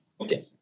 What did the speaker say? Okay